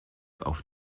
auf